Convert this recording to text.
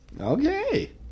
Okay